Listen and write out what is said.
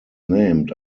named